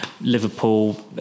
Liverpool